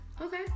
Okay